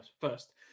first